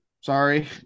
Sorry